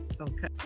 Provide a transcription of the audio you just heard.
Okay